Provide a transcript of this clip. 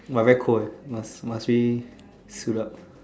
!wow! very cold eh must must really shoot up